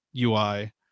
UI